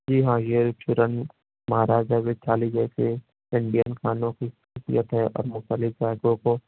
جی ہاں یہ ریسٹورینٹ مہاراجہ کی تھالی جیسے انڈین کھانوں کی ہے اور مختلف راجیوں کو